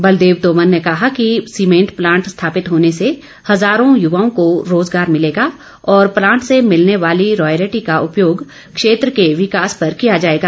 बलदेव तोमर ने कहा कि सीमेंट प्लांट स्थापित होने से हजारो युवाओं को रोजगार मिलेगा और प्लांट से मिलने वाली रॉयल्टी का उपयोग क्षेत्र के विकास पर किया जाएगा